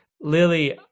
Lily